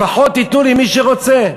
לפחות תנו למי שרוצה.